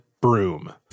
broom